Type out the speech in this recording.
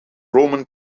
roman